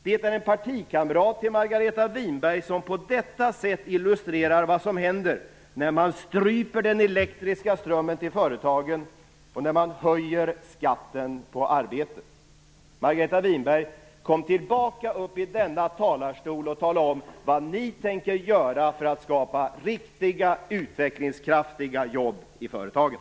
Det är en partikamrat till Margareta Winberg som på detta sätt illustrerar vad som händer när man stryper den elektriska strömmen till företagen och höjer skatten på arbete. Margareta Winberg! Kom tillbaka upp i talarstolen och tala om vad ni tänker göra för att skapa riktiga, utvecklingskraftiga jobb i företagen.